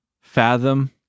Fathom